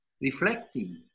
reflecting